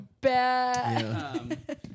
bad